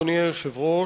אדוני היושב-ראש,